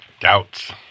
Doubts